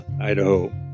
Idaho